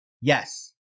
Yes